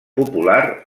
popular